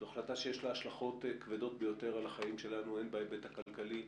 זו החלטה שיש לה השלכות כבדות ביותר על החיים שלנו הן בהיבט הכלכלי,